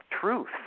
truth